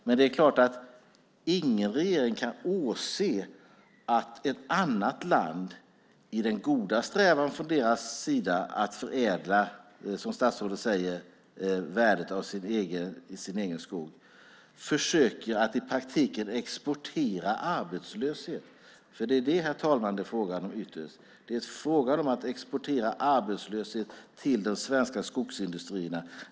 Men ingen regering kan åse att ett annat land i den goda strävan från deras sida att förädla värdet av sin egen skog, som statsrådet säger, i praktiken försöker exportera arbetslöshet. För det är, herr talman, vad det ytterst är fråga om, nämligen att exportera arbetslöshet till den svenska skogsindustrin.